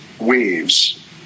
waves